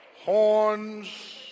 Horns